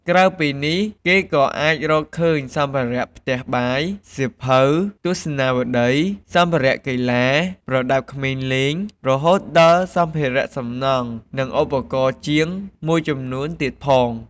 ក្រៅពីនេះ គេក៏អាចរកឃើញ សម្ភារៈផ្ទះបាយ សៀវភៅ ទស្សនាវដ្តី សម្ភារៈកីឡា ប្រដាប់ក្មេងលេង រហូតដល់ សម្ភារៈសំណង់ និងឧបករណ៍ជាង មួយចំនួនទៀតផង។